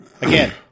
Again